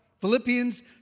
Philippians